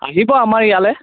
আহিব আমাৰ ইয়ালৈ